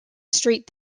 street